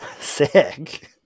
sick